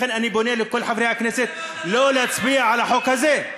לכן אני פונה לכל חברי הכנסת לא להצביע על החוק הזה.